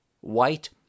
white